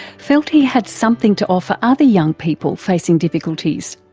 felt he had something to offer other young people facing difficulties.